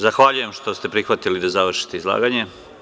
Zahvaljujem što ste prihvatili da završite izlaganje.